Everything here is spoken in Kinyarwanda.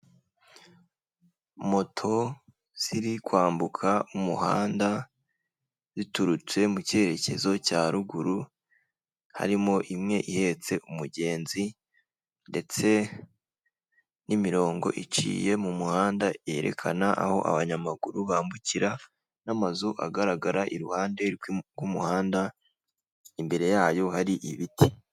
Moto ziri kwambuka umuhanda ziturutse mu cyerekezo cya ruguru, harimo imwe ihetse umugenzi ndetse n'imirongo iciye mu muhanda yerekana aho abanyamaguru bambukira, n'amazu agaragara iruhande rw'umuhanda imbere yayo hari ibiti.